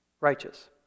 righteous